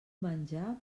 menjar